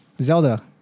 Zelda